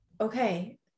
okay